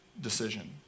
decision